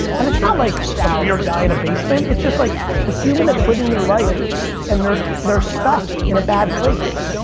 and it's not like some weird guy in a basement, it's just like a human that's living their life and they're they're stuck in a bad place,